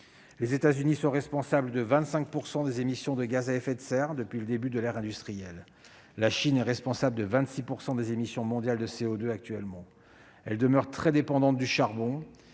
Les États-Unis sont responsables de 25 % des émissions de gaz à effet de serre depuis le début de l'ère industrielle. La Chine est responsable de 26 % des émissions mondiales de CO2 actuellement. Ce pays demeure très dépendant du charbon.